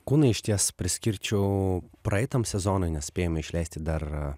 kūnai išties priskirčiau praeitam sezonui nes spėjom išleisti dar